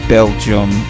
Belgium